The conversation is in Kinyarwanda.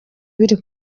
biri